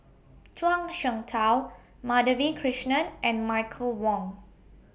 Zhuang Shengtao Madhavi Krishnan and Michael Wong